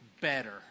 better